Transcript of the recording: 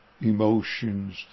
emotions